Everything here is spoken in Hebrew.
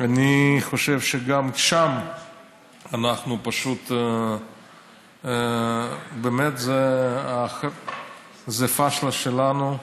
אני חושב שגם שם אנחנו פשוט, באמת זו פשלה שלנו,